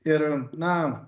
ir na